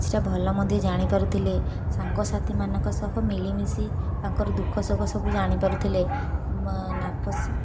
କିଛିଟା ଭଲ ମଧ୍ୟ ଜାଣିପାରୁଥିଲେ ସାଙ୍ଗସାଥୀମାନଙ୍କ ସହ ମିଳିମିଶି ତାଙ୍କର ଦୁଃଖସୁଖ ସବୁ ଜାଣିପାରୁଥିଲେ ନାପସନ୍ଦ